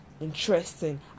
interesting